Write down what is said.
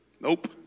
Nope